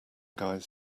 guys